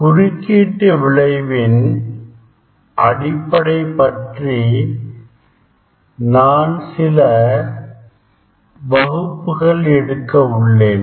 குறுக்கீட்டு விளைவின் அடிப்படை பற்றி நான் சில வகுப்புகள் எடுக்க உள்ளேன்